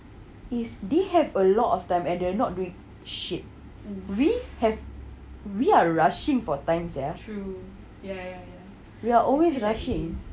if they have a lot of them and they're not doing shit we have we are rushing for times ya we're always rushing